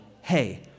hey